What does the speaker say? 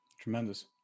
Tremendous